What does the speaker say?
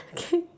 okay